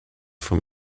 von